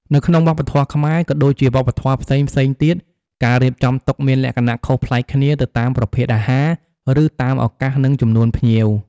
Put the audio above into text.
នៅក្នុងវប្បធម៌ខ្មែរ ក៏ដូចជាវប្បធម៌ផ្សេងៗទៀត ការរៀបចំតុមានលក្ខណៈខុសប្លែកគ្នាទៅតាមប្រភេទអាហារ ឬតាមឱកាស និងចំនួនភ្ញៀវ។